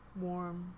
warm